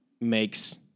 makes